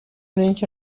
اینکه